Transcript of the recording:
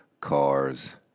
cars